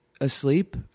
asleep